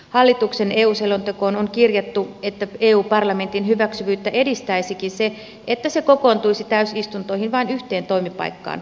hallituksen eu selontekoon on kirjattu että eu parlamentin hyväksyttävyyttä edistäisikin se että se kokoontuisi täysistuntoihin vain yhteen toimipaikkaan